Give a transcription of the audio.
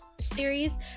series